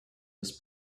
his